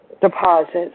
deposits